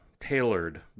tailored